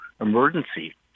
emergency